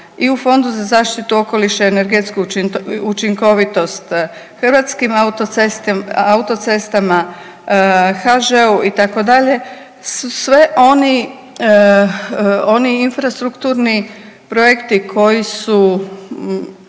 i u Fondu za zaštitu okoliša i energetsku učinkovitost, HAC-u, HŽ-u, itd., sve oni infrastrukturni projekti koji su